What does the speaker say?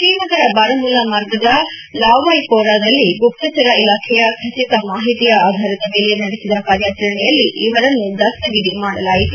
ತ್ರೀನಗರ ಬಾರಾಮುಲ್ಲಾ ಮಾರ್ಗದ ಲಾವಾಯ್ಪೋರಾದಲ್ಲಿ ಗುಪ್ತಚರ ಇಲಾಖೆಯ ಖಚಿತ ಮಾಹಿತಿಯ ಆಧಾರದ ಮೇಲೆ ನಡೆಸಿದ ಕಾರ್ಯಾಚರಣೆಯಲ್ಲಿ ಅವರನ್ನು ದಸ್ತಗಿರಿ ಮಾಡಲಾಯಿತು